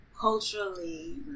culturally